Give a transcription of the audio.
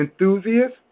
enthusiast